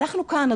אנחנו כאן,